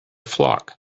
flock